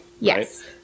Yes